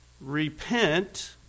repent